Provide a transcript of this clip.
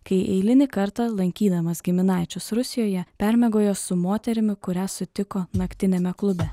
kai eilinį kartą lankydamas giminaičius rusijoje permiegojo su moterimi kurią sutiko naktiniame klube